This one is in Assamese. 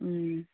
ও